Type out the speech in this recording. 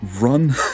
run